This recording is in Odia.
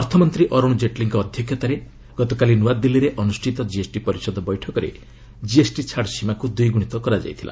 ଅର୍ଥମନ୍ତ୍ରୀ ଅରୁଣ ଜେଟ୍ଲୀଙ୍କ ଅଧ୍ୟକ୍ଷତାରେ ଗତକାଲି ନ୍ତଆଦିଲ୍ଲୀରେ ଅନୁଷ୍ଠିତ ଜିଏସ୍ଟି ପରିଷଦ ବୈଠକରେ ଜିଏସ୍ଟି ଛାଡ ସୀମାକୁ ଦ୍ୱିଗୁଣିତ କରାଯାଇଥିଲା